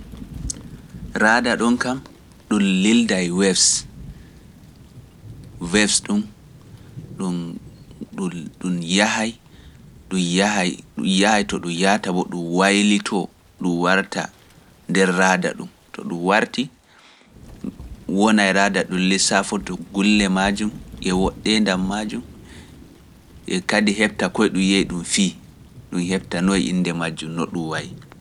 Raada ɗon kam ɗum lilda e webse, webs ɗum, ɗum yahay, ɗum yahay, ɗum yahay to ɗum yahata bo ɗum waylitoo ɗum warta nder raada ɗum, to ɗum warti wona e raada ɗum lilda rahoto gulle majum e woɗɗendam majum e kadi hebta koy ɗum yehi ɗum fi, ɗum heɓta noy innde majjum no ɗum wayi.